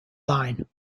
line